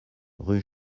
rue